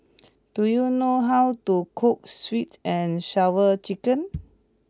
do you know how to cook Sweet and Sour Chicken